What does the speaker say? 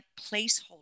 placeholder